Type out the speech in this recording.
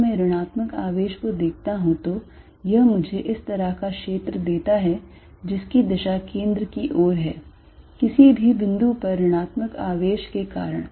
अगर मैं ऋणात्मक आवेश को देखता हूं तो यह मुझे इस तरह का क्षेत्र देता है जिसकी दिशा केंद्र की ओर है किसी भी बिंदु पर ऋणात्मक आवेश के कारण